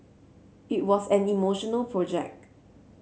it was an emotional project